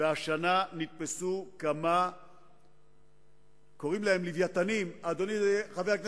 והשנה נתפסו כמה "לווייתנים" כך קוראים להם,